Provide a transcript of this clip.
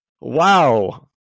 Wow